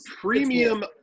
premium